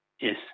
Yes